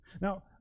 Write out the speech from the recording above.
Now